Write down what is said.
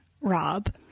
Rob